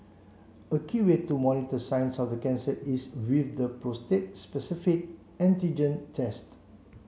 a key way to monitor signs of the cancer is with the prostate specific antigen test